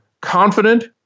Confident